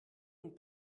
und